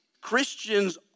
Christians